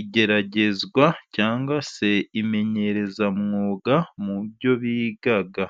igeragezwa ,cyangwa se imenyerezamwuga mu byo biga.